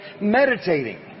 meditating